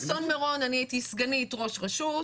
אסון מירון אני הייתי סגנית ראש רשות,